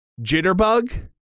jitterbug